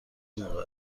موقع